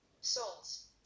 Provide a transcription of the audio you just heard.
souls